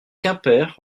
quimper